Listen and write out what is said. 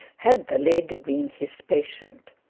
had the lady been his patient.